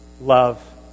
love